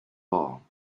all